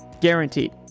guaranteed